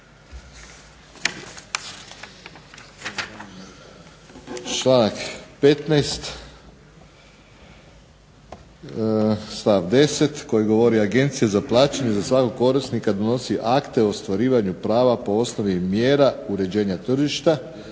Članak 15. stavak 10. koji govori "Agencija za plaćanje za svakog korisnika donosi akte o ostvarivanju prava po osnovi mjera uređenja tržišta,